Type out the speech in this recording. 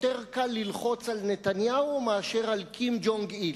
שיותר קל ללחוץ על נתניהו מאשר על קים ג'ונג-איל,